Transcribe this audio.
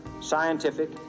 scientific